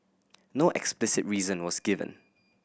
no explicit reason was given